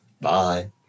Bye